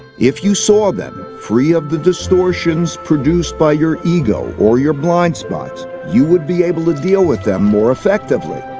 if you saw them free of the distortions produced by your ego or your blind spots, you would be able to deal with them more effectively.